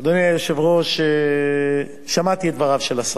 אדוני היושב-ראש, שמעתי את דבריו של השר.